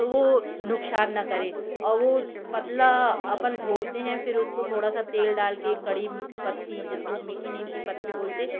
तो वो नुक़सान ना करें और वो पतला अपन घोरते हैं फिर उसको थोड़ा सा तेल डाल कर कड़ी पत्ती जिसको मीठी नीम की पत्ती बोलते हैं